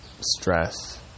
stress